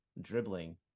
dribbling